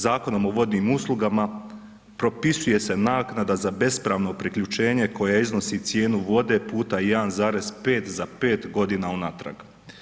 Zakonom o vodnim uslugama propisuje se naknada za bespravno priključenje koja iznosi cijenu vode puta 1,5 za 5 godina unatrag.